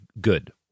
good